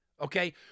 Okay